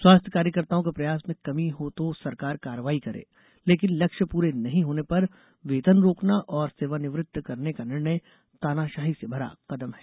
स्वास्थ्य कार्यकर्ताओं के प्रयास में कमी हो तो सरकार कार्रवाई करे लेकिन लक्ष्य पूरे नहीं होने पर वेतन रोकना और सेवानिवृत्त करने का निर्णय तानाशाही से भरा कदम है